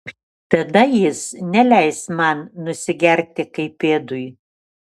tada jis neleis man nusigerti kaip pėdui